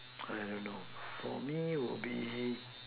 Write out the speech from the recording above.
I don't know for me would be